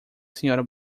srta